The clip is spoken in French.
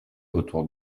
autour